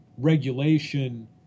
regulation